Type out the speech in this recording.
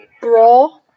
Bra